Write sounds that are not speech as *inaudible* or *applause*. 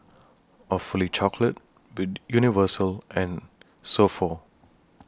Awfully Chocolate *unintelligible* Universal and So Pho